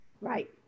right